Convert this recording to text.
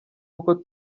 uko